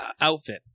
outfit